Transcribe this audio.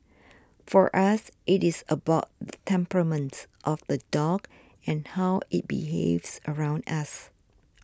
for us it is about temperaments of the dog and how it behaves around us